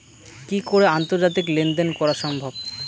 কি করে আন্তর্জাতিক লেনদেন করা সম্ভব?